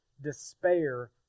despair